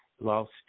lost